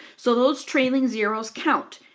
so those trailing zeroes count.